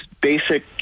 basic